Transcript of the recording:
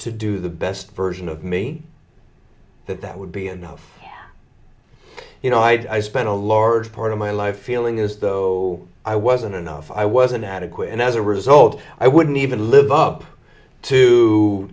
to do the best version of me that that would be enough you know i spent a large part of my life feeling as though i wasn't enough i wasn't adequate and as a result i wouldn't even live up to